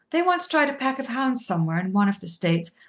they once tried a pack of hounds somewhere in one of the states,